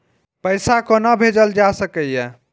पैसा कोना भैजल जाय सके ये